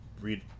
read –